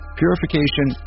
purification